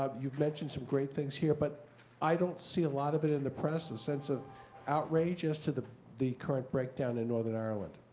um you've mentioned some great things here, but i don't see a lot of it in the press, a sense of outrage as to the the current breakdown in northern ireland.